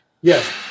Yes